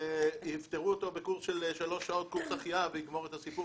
יפטרו אותו בקורס של שלוש שעות קורס החייאה והסיפור יסתיים,